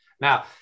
Now